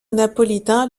napolitain